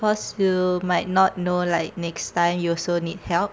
cause you might not know like next time you also need help